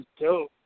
dope